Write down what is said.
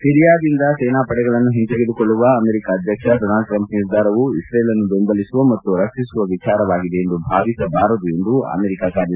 ಸಿರಿಯಾದಿಂದ ಸೇನಾ ಪಡೆಗಳನ್ನು ಹಿಂತೆಗೆದುಕೊಳ್ಳುವ ಅಮೆರಿಕ ಅಧ್ಯಕ್ಷ ಡೊನಾಲ್ಡ್ ಟ್ರಂಪ್ ನಿರ್ಧಾರವು ಇಕ್ರೆಲ್ ಅನ್ನು ಬೆಂಬಲಿಸುವ ಮತ್ತು ರಕ್ಷಿಸುವ ವಿಚಾರವಾಗಿದೆ ಎಂದು ಭಾವಿಸಬಾರದು ಎಂದು ಅಮೆರಿಕ ಕಾರ್ಯದರ್ಶಿ ಮೈಕ್ ಪೊಂಪೆಯ್ ಹೇಳಿದ್ದಾರೆ